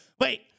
wait